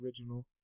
original